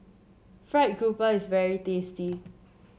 fried grouper is very tasty